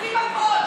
היא שכחה,